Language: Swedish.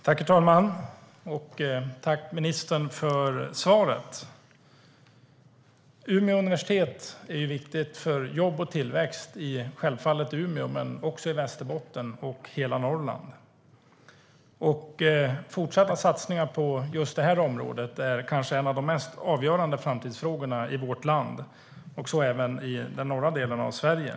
Herr talman! Tack, ministern, för svaret! Umeå universitet är viktigt för jobb och tillväxt, självfallet i Umeå men också i Västerbotten och hela Norrland. Fortsatta satsningar på just detta område är kanske en av de mest avgörande framtidsfrågorna i vårt land, särskilt i den norra delen av Sverige.